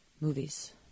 movies